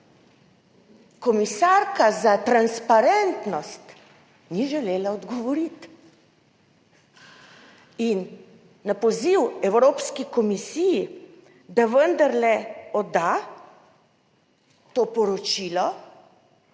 komisarka za transparentnost ni želela odgovoriti in na poziv Evropski komisiji, da vendarle odda to poročilo,